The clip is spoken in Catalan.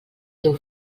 teu